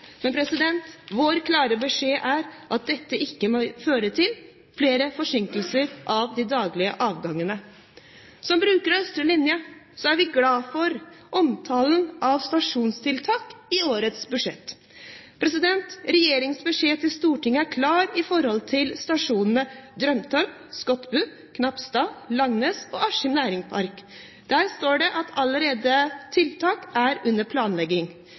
Vår klare beskjed er at dette ikke må føre til flere forsinkelser i de daglige avgangene. Som brukere av østre linje er vi glade for omtalen av stasjonstiltak i årets budsjett. Regjeringens beskjed til Stortinget er klar i forhold til stasjonene Drømtorp, Skotbu, Knapstad, Langnes og Askim Næringspark. Der står det at tiltak allerede er under planlegging.